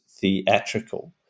theatrical